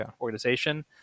organization